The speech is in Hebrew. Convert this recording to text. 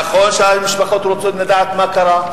נכון שהמשפחות רוצות לדעת מה קרה,